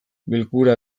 bilkura